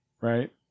right